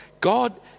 God